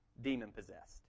demon-possessed